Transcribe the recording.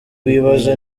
wibaza